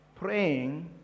Praying